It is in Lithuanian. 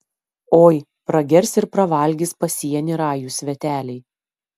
oi pragers ir pravalgys pasienį rajūs sveteliai